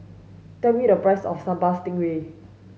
tell me the price of Sambal Stingray